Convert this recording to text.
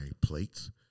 plates